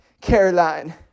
Caroline